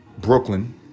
Brooklyn